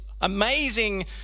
amazing